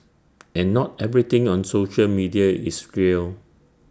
and not everything on social media is real